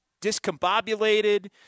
discombobulated